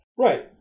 Right